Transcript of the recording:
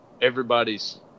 everybody's